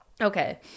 Okay